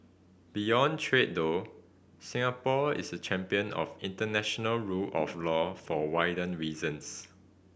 beyond trade though Singapore is a champion of international rule of law for wider reasons